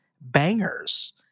bangers